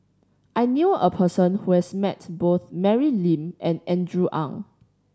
I knew a person who has met both Mary Lim and Andrew Ang